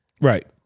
Right